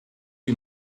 you